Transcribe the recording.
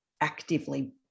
actively